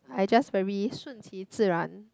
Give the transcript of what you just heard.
I just very 顺其自然